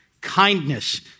kindness